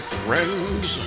friends